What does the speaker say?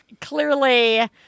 clearly